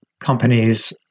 companies